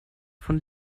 von